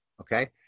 okay